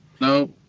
no